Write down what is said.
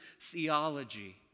theology